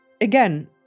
again